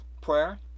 prayer